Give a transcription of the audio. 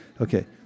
Okay